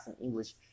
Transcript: English